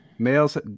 Males